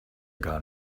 gar